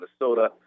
Minnesota